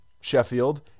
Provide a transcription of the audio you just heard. Sheffield